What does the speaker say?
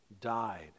died